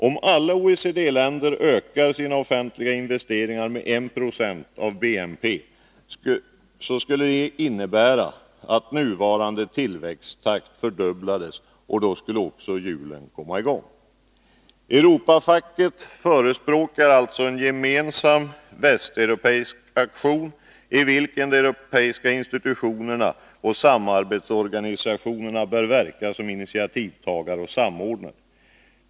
Om alla OECD-länder ökar sina offentliga investeringar med 196 av BNP skulle nuvarande tillväxttakt fördubblas och hjulen komma i gång. Europafacket förespråkar alltså en gemensam västeuropeisk aktion, i vilken de europeiska institutionerna och samarbetsorganisationerna bör verka som initiativtagare och samordnare.